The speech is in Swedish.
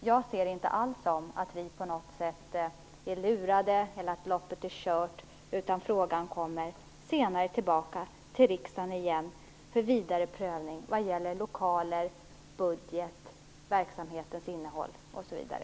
Jag ser det inte alls som att vi på något sätt är lurade eller att loppet är kört, utan frågan kommer senare tillbaka till riksdagen igen för vidare prövning vad gäller lokaler, budget, verksamhetens innehåll, osv.